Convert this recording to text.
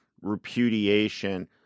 repudiation